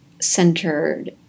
centered